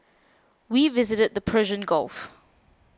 we visited the Persian Gulf